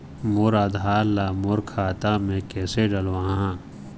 मोर आधार ला मोर खाता मे किसे डलवाहा?